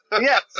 Yes